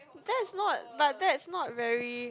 that's not but that's not very